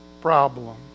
problem